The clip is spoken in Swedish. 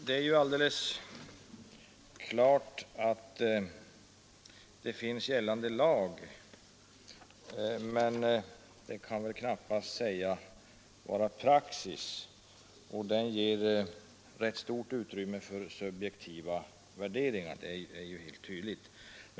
Herr talman! Det är klart att man kan referera gällande lag, men det som stadgas där kan väl knappast sägas vara praxis. Lagen ger rätt stort utrymme för subjektiva värderingar — det är tydligt.